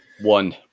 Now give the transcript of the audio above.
One